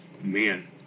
men